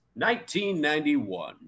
1991